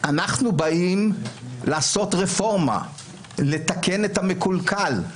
אנחנו באים לעשות רפורמה, לתקן את המקולקל,